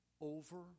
over